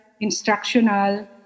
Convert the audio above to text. instructional